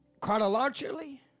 Chronologically